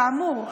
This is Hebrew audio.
כאמור,